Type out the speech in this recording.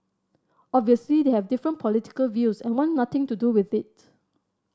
obviously they have different political views and want nothing to do with it